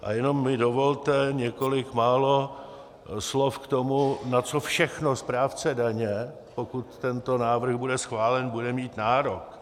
A jenom mi dovolte několik málo slov k tomu, na co všechno správce daně, pokud tento návrh bude schválen, bude mít nárok.